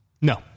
No